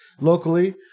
locally